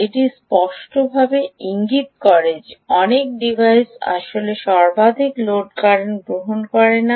এটি স্পষ্টভাবে ইঙ্গিত করে যে অনেক ডিভাইস আসলে সর্বাধিক লোড কারেন্ট গ্রহণ করে না